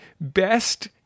best